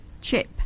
Chip